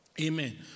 Amen